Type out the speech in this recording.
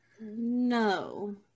No